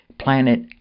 planet